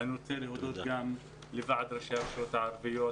אני רוצה להודות גם לוועד ראשי הרשויות הערביות,